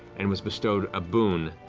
and was bestowed a boon,